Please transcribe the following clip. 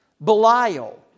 Belial